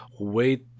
wait